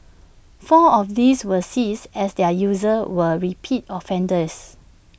four of these were seized as their users were repeat offenders